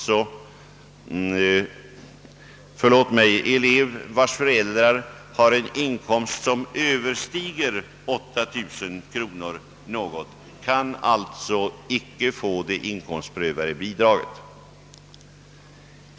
Elev, vars föräldrar har en inkomst som överstiger 8000 kronor, kan alltså icke få det behovsprövade tillägget.